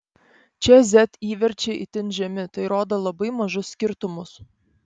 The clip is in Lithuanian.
čia z įverčiai itin žemi tai rodo labai mažus skirtumus